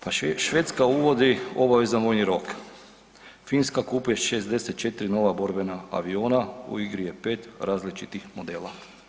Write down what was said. Pa „Švedska uvodi obavezan vojni rok, Finska kupuje 64 nova borbena aviona u igri je pet različitih modela“